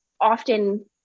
often